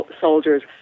soldiers